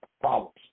problems